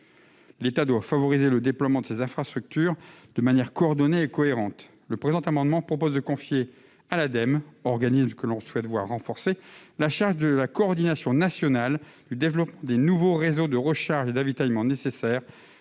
L'État doit favoriser le déploiement de ces infrastructures de manière coordonnée et cohérente. Le présent amendement vise à confier à l'Ademe, organisme que l'on souhaite voir renforcé, la charge de la coordination nationale du développement des nouveaux réseaux de recharge et d'avitaillement nécessaires